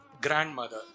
Grandmother